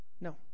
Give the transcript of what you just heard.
No